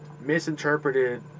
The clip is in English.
misinterpreted